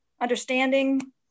understanding